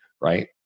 right